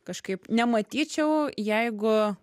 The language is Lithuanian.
kažkaip nematyčiau jeigu